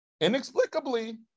inexplicably